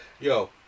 yo